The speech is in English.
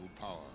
power